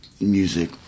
music